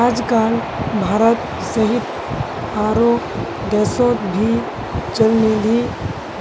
आजकल भारत सहित आरो देशोंत भी चलनिधि